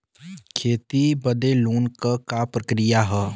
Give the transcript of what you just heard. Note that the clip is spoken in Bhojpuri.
खेती बदे लोन के का प्रक्रिया ह?